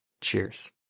Cheers